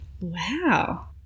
Wow